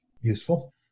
useful